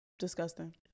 disgusting